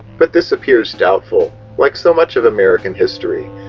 but this appears doubtful, like so much of american history,